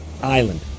island